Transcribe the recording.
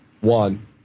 One